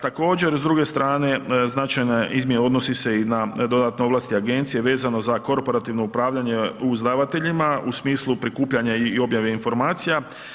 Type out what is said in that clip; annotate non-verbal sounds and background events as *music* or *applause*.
Također, s druge strane, značajna izmjena odnosi se i na dodatne ovlasti agencije vezano za korporativno upravljanje u ... *unintelligible* u smislu prikupljanja i objave informacija.